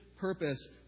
purpose